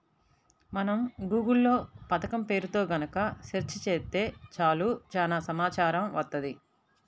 మనం గూగుల్ లో పథకం పేరుతో గనక సెర్చ్ చేత్తే చాలు చానా సమాచారం వత్తది